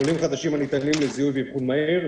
חולים חדשים הניתנים לזיהוי ולאבחון מהיר,